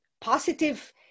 positive